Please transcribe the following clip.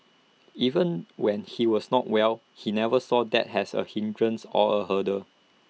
even when he was not well he never saw that as A hindrance or A hurdle